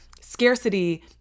scarcity